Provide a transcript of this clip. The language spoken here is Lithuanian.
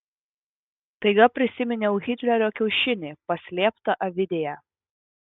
staiga prisiminiau hitlerio kiaušinį paslėptą avidėje